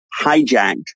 hijacked